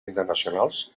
internacionals